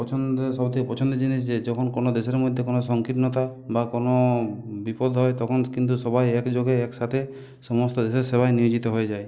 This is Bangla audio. পছন্দে সবথেকে পছন্দের জিনিস যে যখন কোনো দেশের মধ্যে কোনো সংকীর্ণতা বা কোনো বিপদ হয় তখন কিন্তু সবাই একযোগে একসাথে সমস্ত দেশের সেবায় নিয়োজিত হয়ে যায়